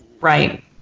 Right